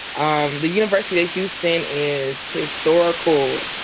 um the university that houston is historical.